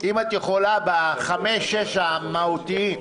אם אתה יכולה, בחמישה-שישה סעיפים המהותיים.